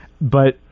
But-